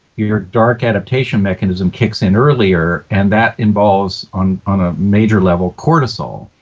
your your dark adaptation mechanism kicks in earlier, and that involves, on on a major level, cortisol,